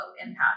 impact